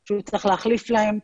שהוא צריך להחליף להם,